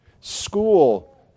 School